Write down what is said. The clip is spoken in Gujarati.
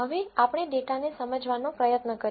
હવે આપણે ડેટાને સમજવાનો પ્રયત્ન કરીએ